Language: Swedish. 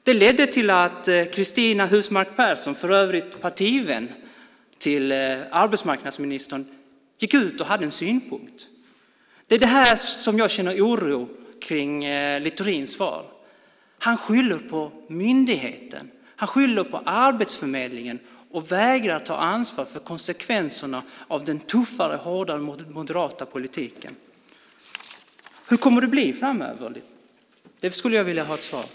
Det ledde till att Cristina Husmark Pehrsson, för övrigt partivän till arbetsmarknadsministern, gick ut och hade en synpunkt. Det är här som jag känner en oro över Littorins svar. Han skyller på myndigheten Arbetsförmedlingen och vägrar att ta ansvar för konsekvenserna av den tuffare och hårdare moderata politiken. Hur kommer det att bli framöver? Det skulle jag vilja ha ett svar på.